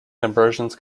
conversions